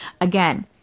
Again